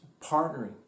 partnering